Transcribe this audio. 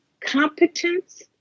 Competence